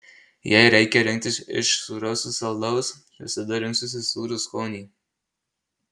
jei reikia rinktis iš sūraus ir saldaus visada rinksiuosi sūrų skonį